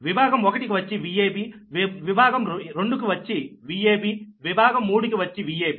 విభాగం 1 కి వచ్చి Vabవిభాగం 2 కి వచ్చి Vabవిభాగం 3 కి వచ్చి Vab